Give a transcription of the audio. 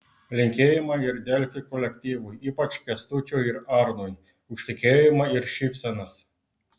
linkėjimai ir delfi kolektyvui ypač kęstučiui ir arnui už tikėjimą ir šypsenas